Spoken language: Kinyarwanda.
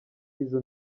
izo